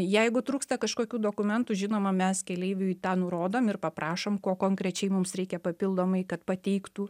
jeigu trūksta kažkokių dokumentų žinoma mes keleiviui tą nurodom ir paprašom ko konkrečiai mums reikia papildomai kad pateiktų